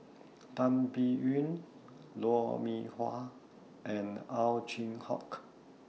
Tan Biyun Lou Mee Wah and Ow Chin Hock